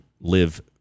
live